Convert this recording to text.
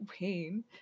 Wayne